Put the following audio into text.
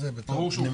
זה מתווה פנימי שלהם.